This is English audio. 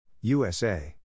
USA